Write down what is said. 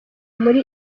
muri